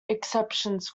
exceptions